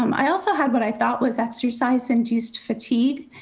um i also had what i thought was exercise induced fatigue,